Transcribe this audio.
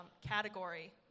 category